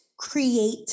Create